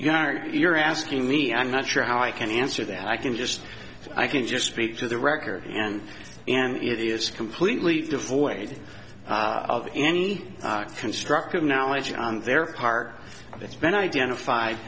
are you're asking me i'm not sure how i can answer that i can just i can just speak to the record and and it is completely devoid of any constructive knowledge on their part that's been identified